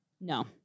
No